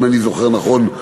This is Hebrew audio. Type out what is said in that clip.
אם אני זוכר נכון.